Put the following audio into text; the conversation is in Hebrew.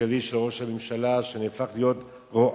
הכלכלי של ראש הממשלה, שהפך לרועץ,